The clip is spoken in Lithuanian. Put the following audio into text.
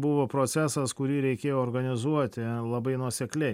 buvo procesas kurį reikėjo organizuoti labai nuosekliai